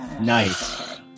Nice